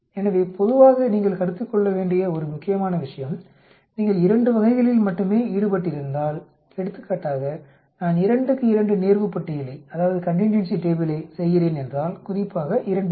எனவே பொதுவாக நீங்கள் கருத்தில் கொள்ள வேண்டிய ஒரு முக்கியமான விஷயம் நீங்கள் இரண்டு வகைகளில் மட்டுமே ஈடுபட்டிருந்தால் எடுத்துக்காட்டாக நான் 2 க்கு 2 நேர்வு பட்டியலைச் செய்கிறேன் என்றால் குறிப்பாக இரண்டுக்கு